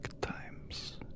times